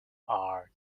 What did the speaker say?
are